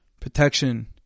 Protection